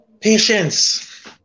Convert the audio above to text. Patience